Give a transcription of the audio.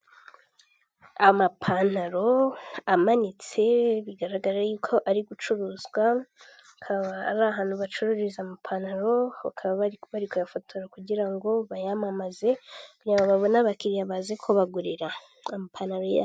Amapantaro amanitse bigaragara yuko ari gucuruzwa, akaba ari ahantu bacururiza amapantaro, bakaba bari kuyafotora kugira ngo bayamamaze kugirango babone abakiriya baze kubagurira amapantaro yabo.